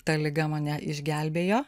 ta liga mane išgelbėjo